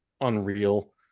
unreal